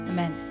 Amen